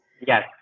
Yes